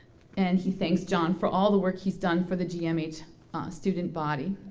and he thanks john for all the work he's done for the gmhs student body.